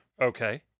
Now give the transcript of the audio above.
Okay